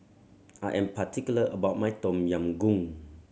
I am particular about my Tom Yam Goong